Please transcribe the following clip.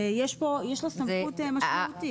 יש פה, יש לו סמכות משמעותית.